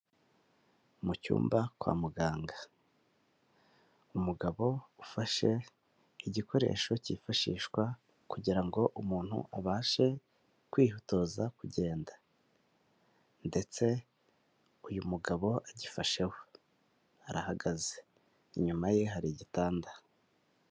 Mu cyumba kwa muganga umugabo ufashe igikoresho cyifashishwa kugira ngo umuntu abashe kwitoza kugenda ndetse uyu mugabo agifasheho, arahagaze inyuma ye hari igitanda.